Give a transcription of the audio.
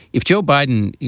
if joe biden